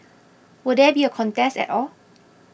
will there be a contest at all